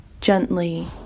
gently